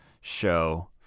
show